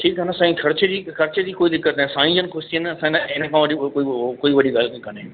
ठीकु आहे न साईं ख़र्चे जी त ख़र्चे जी कोई दिक़त न आहे साईं जन ख़ुशि थी वञनि असां न इनखो वठी ॿियो कोई वॾी ॻाल्हि कोन्हे